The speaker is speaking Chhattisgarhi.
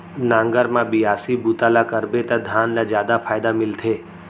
नांगर म बियासी बूता ल करबे त धान ल जादा फायदा मिलथे